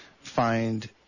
find